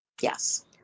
Yes